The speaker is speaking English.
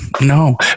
no